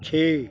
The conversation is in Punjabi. ਛੇ